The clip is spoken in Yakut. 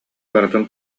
барытын